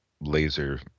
laser